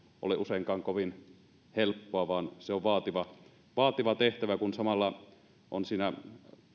ole useinkaan kovin helppoa vaan se on vaativa vaativa tehtävä kun samalla on siinä